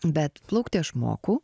bet plaukti aš moku